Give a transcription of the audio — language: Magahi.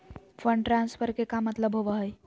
फंड ट्रांसफर के का मतलब होव हई?